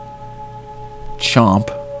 chomp